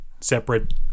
separate